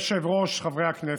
אדוני היושב-ראש, חברי הכנסת,